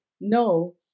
No